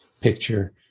picture